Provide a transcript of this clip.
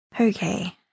Okay